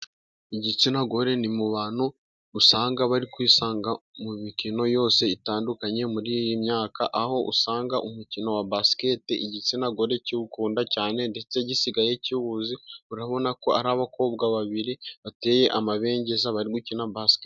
Igitsina gore ni mu bantu usanga bari kwisanga mu mikino yose itandukanye muri iyi myaka, aho usanga umukino wa basiketi igitsina gore kiwukunda cyane ndetse gisigaye kiwuzi, urabona ko ari abakobwa babiri bateye amabengeza barimo gukina basiketi.